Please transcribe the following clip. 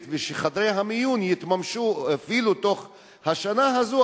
וחדרי המיון יתממשו אפילו תוך השנה הזאת,